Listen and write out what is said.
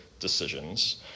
Decisions